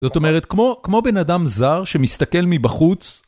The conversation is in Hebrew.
זאת אומרת, כמו בן אדם זר שמסתכל מבחוץ...